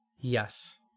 yes